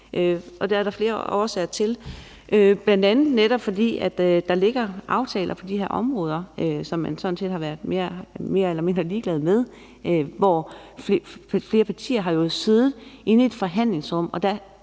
det er der flere årsager til. Det er bl.a., fordi der ligger aftaler på de her områder, som man sådan set har været mere eller mindre ligeglade med. Flere partier har jo siddet inde i et forhandlingsrum,